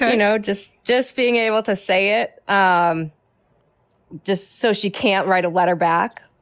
so know, just just being able to say it um just so she can't write a letter back.